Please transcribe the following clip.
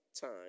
time